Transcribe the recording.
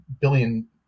billion